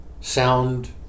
sound